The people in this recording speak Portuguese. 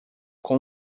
com